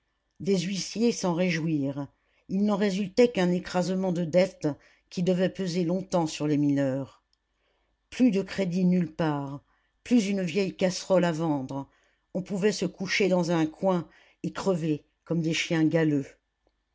des huissiers s'en réjouirent il n'en résultait qu'un écrasement de dettes qui devait peser longtemps sur les mineurs plus de crédit nulle part plus une vieille casserole à vendre on pouvait se coucher dans un coin et crever comme des chiens galeux